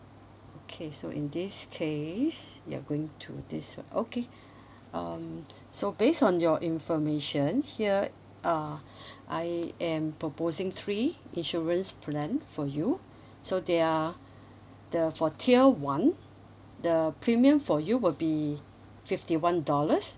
okay so in this case you're going to this one okay um so based on your information here uh I am proposing three insurance plan for you so they are the for tier one the premium for you will be fifty one dollars